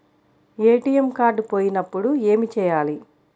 ATM card పోయినప్పుడు ఏమి చేయాలి?